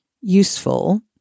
useful